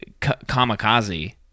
kamikaze